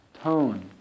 tone